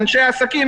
אנשי העסקים,